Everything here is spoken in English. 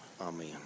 Amen